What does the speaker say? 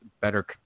better